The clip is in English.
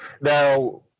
Now